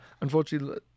unfortunately